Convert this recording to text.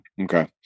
Okay